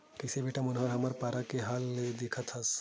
कइसे बेटा मनोहर हमर पारा के हाल ल देखत हस